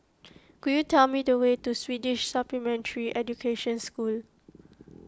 could you tell me the way to Swedish Supplementary Education School